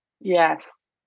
Yes